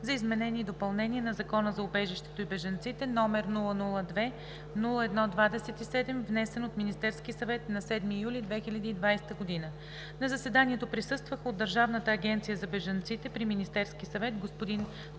за изменение и допълнение на Закона за убежището и бежанците, № 002-01-27, внесен от Министерския съвет на 7 юли 2020 г. На заседанието присъстваха: от Държавната агенция за бежанците при Министерския съвет: господин